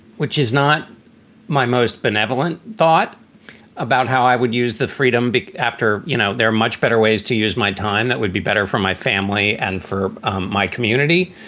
which is not my most benevolent thought about how i would use the freedom after you know there are much better ways to use my time that would be better for my family and for my community.